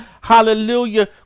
hallelujah